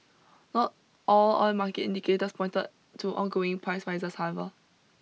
not all oil market indicators pointed to ongoing price rises however